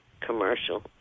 commercial